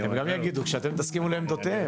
אני --- אתם תסכימו לעמדותיהם.